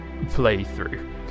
playthrough